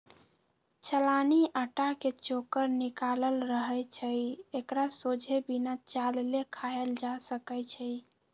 चलानि अटा के चोकर निकालल रहै छइ एकरा सोझे बिना चालले खायल जा सकै छइ